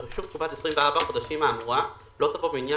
בחישוב תקופת 24 החודשים האמורה לא תבוא במניין